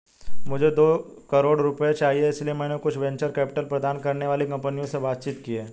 मुझे दो करोड़ रुपए चाहिए इसलिए मैंने कुछ वेंचर कैपिटल प्रदान करने वाली कंपनियों से बातचीत की है